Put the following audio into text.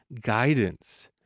guidance